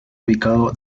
ubicado